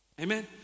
amen